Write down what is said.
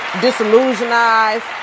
disillusionized